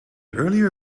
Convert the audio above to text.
earlier